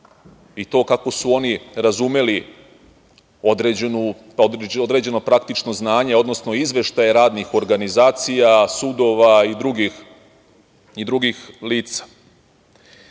i toga kako su oni razumeli određeno praktično znanje, odnosno izveštaje radnih organizacija, sudova i drugih lica.